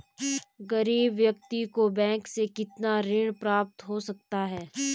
गरीब व्यक्ति को बैंक से कितना ऋण प्राप्त हो सकता है?